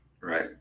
Right